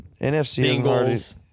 NFC